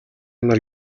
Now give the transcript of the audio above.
нар